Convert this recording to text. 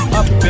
up